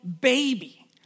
baby